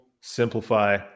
simplify